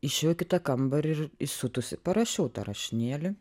išėjau į kitą kambarį ir įsiutusi parašiau tą rašinėlį